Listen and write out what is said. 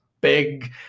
big